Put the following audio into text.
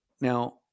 Now